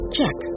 Check